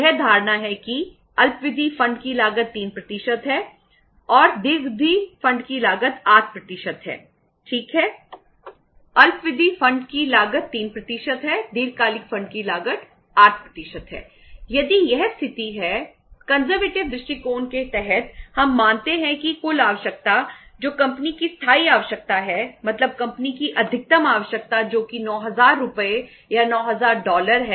यह धारणा है कि अल्प विधि फंड है जो दीर्घकालिक स्रोतों से आ रही है